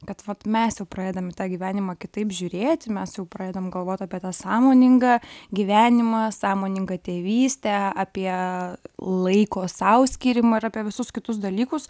kad vat mes jau pradedam į tą gyvenimą kitaip žiūrėti mes jau pradedam galvot apie tą sąmoningą gyvenimą sąmoningą tėvystę apie laiko sau skyrimą ir apie visus kitus dalykus